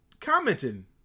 Commenting